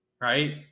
right